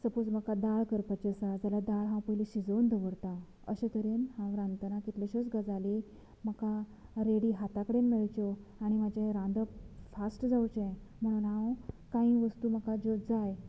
suppose म्हाका दाळ करपाची आसा जाल्यार दाळ हांव पयलीं शिजोवन दवरतां अशें तरेन हांव रांदतना कितल्योश्योच गजाली म्हाका रेडी हाताकडेन मेळच्यो आणी म्हजें रांदप फास्ट जावचें म्हणून हांव कांयी वस्तू म्हाका ज्यो जाय